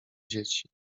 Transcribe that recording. dzieci